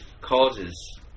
causes